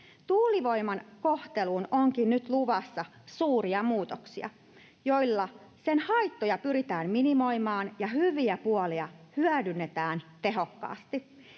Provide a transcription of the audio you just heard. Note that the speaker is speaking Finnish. Tuulivoiman kohteluun onkin nyt luvassa suuria muutoksia, joilla sen haittoja pyritään minimoimaan ja hyviä puolia hyödynnetään tehokkaasti.